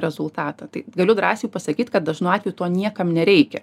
rezultatą tai galiu drąsiai pasakyt kad dažnu atveju to niekam nereikia